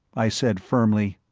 i said firmly.